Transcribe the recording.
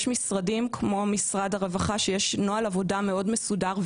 יש משרדים כמו משרד הרווחה שיש בהם נוהל עבודה מסודר מאוד,